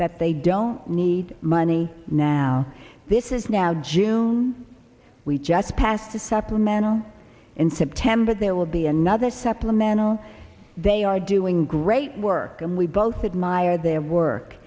that they don't need money now this is now june we just passed the supplemental in september there will be another supplemental they are doing great work and we both admire their work